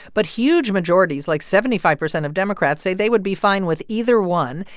but huge majorities like, seventy five percent of democrats say they would be fine with either one.